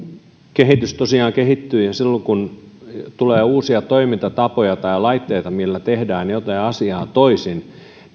kehitys tosiaan kehittyy ja silloin kun tulee uusia toimintatapoja tai laitteita millä tehdään jotain asiaa toisin